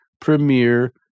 Premier